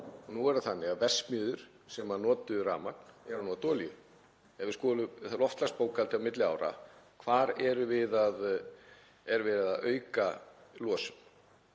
Nú er það þannig að verksmiðjur sem notuðu rafmagn eru að nota olíu. Ef við skoðum loftslagsbókhaldið milli ára, hvar erum við að auka losun?